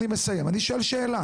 --- ברשותך, אני מסיים, אני שואל שאלה.